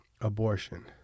abortion